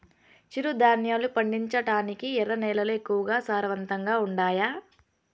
చిరుధాన్యాలు పండించటానికి ఎర్ర నేలలు ఎక్కువగా సారవంతంగా ఉండాయా